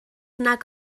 nag